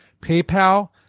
PayPal